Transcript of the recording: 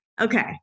okay